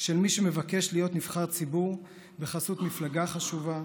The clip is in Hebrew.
של מי שמבקש להיות נבחר ציבור בחסות מפלגה חשובה,